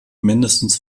mindestens